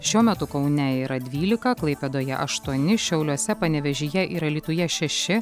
šiuo metu kaune yra dvylika klaipėdoje aštuoni šiauliuose panevėžyje ir alytuje šeši